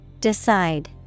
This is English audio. Decide